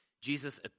Jesus